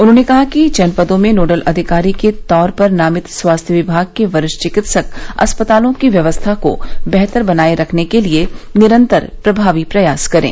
उन्होंने कहा कि जनपदों में नोडल अधिकारी के तौर पर नामित स्वास्थ्य विभाग के वरिष्ठ चिकित्सक अस्पतालों की व्यवस्था को बेहतर बनाए रखने के लिए निरन्तर प्रभावी प्रयास करें